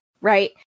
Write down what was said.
Right